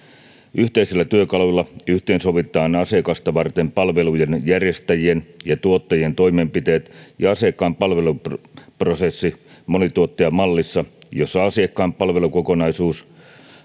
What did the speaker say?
yhteisillä työkaluilla yhteensovitetaan asiakasta varten palveluiden järjestäjien ja tuottajien toimenpiteet ja asiakkaan palveluprosessi monituottajamallissa jossa asiakkaan palvelukokonaisuus